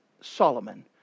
Solomon